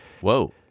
whoa